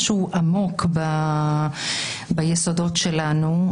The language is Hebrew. משהו עמוק ביסודות שלנו.